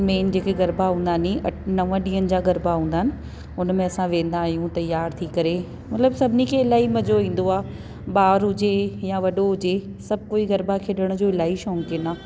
main जेके गरबा हूंदा नी अ नव ॾींहंनि जा गरबा हूंदा आहिनि उनमें असां वेंदा आहियूं तयार थी करे मतिलबु सभिनी खे इलाही मज़ो ईंदो आहे ॿार हुजे या वॾो हुजे सभु कोई गरबा खेॾण जो इलाही शौंक़ीन आहे